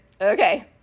Okay